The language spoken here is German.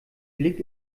blick